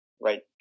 right